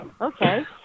okay